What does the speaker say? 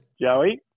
Joey